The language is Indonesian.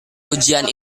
ujian